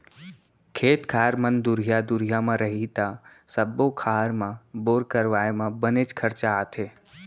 खेत खार मन दुरिहा दुरिहा म रही त सब्बो खार म बोर करवाए म बनेच खरचा आथे